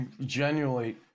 genuinely